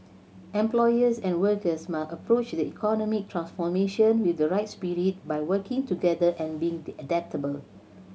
employers and workers must approach the economic transformation with the right spirit by working together and being adaptable